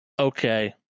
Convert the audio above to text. Okay